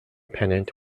pennant